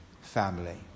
family